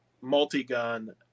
multi-gun